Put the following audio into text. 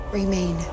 remain